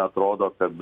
atrodo kad